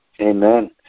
Amen